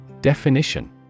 Definition